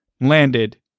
landed